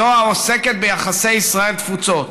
זו העוסקת ביחסי ישראל תפוצות.